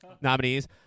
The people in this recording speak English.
nominees